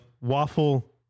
waffle